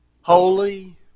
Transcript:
Holy